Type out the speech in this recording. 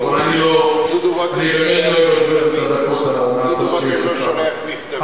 דודו רותם לא שולח מכתבים.